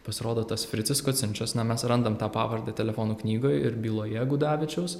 pasirodo tas fricis kocinčas na mes randam tą pavardę telefonų knygoje ir byloje gudavičiaus